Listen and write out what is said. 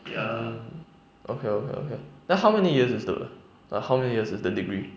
hmm okay okay okay then how many years is the like how many years is the degree